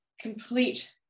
complete